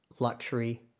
Luxury